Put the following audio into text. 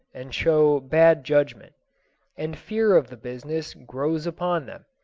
and show bad judgment and fear of the business grows upon them.